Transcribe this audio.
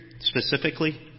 specifically